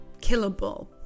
killable